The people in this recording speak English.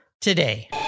today